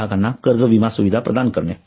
ग्राहकांना कर्ज विमा सुविधा प्रदान करणे